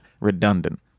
redundant